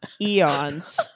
eons